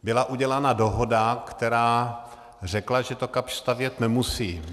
Byla udělána dohoda, která řekla, že to Kapsch stavět nemusí.